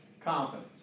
Confidence